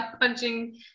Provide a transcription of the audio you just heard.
punching